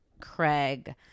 Craig